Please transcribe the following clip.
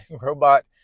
robot